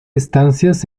estancias